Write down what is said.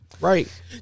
right